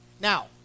now